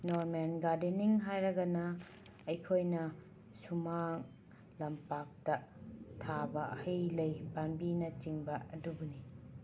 normal gardening ꯍꯥꯏꯔꯒꯅ ꯑꯩꯈꯣꯏꯅ ꯁꯨꯃꯥꯡ ꯂꯝꯄꯥꯛꯇ ꯊꯥꯕ ꯍꯩ ꯂꯩ ꯄꯥꯟꯕꯤꯅꯆꯤꯡꯕꯥ ꯑꯗꯨꯕꯨꯅꯤ